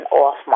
off